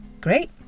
Great